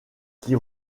qui